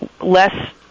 less